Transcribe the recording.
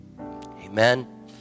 Amen